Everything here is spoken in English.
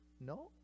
No